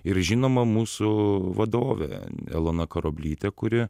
ir žinoma mūsų vadovė elona karoblytė kuri